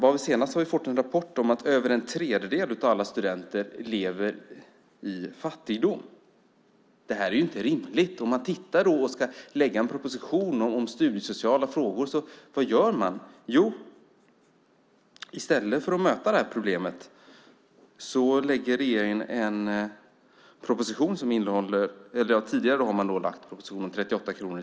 Nu senast har vi fått en rapport om att över en tredjedel av alla studenter lever i fattigdom. Det är inte rimligt. Vad gör man när man nu lägger fram en proposition om studiesociala frågor? Ja, tidigare har man i en proposition lagt fram förslag om en studiemedelshöjning med 38 kronor.